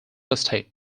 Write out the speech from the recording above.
estate